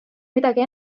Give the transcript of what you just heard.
midagi